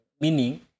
meaning